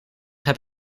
heb